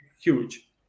huge